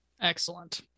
Excellent